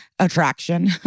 attraction